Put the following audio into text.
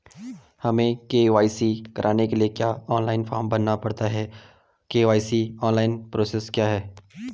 हमें के.वाई.सी कराने के लिए क्या ऑनलाइन फॉर्म भरना पड़ता है के.वाई.सी ऑनलाइन का प्रोसेस क्या है?